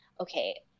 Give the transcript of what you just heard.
okay